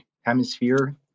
hemisphere